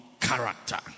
character